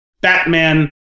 Batman